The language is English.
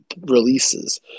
releases